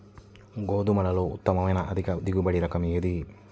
గోధుమలలో ఉత్తమమైన అధిక దిగుబడి రకం ఏది?